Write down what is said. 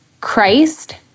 Christ